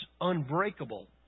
unbreakable